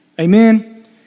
Amen